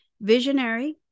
visionary